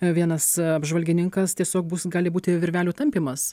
vienas apžvalgininkas tiesiog bus gali būti virvelių tampymas